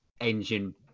engine